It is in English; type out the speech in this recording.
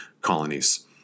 colonies